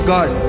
God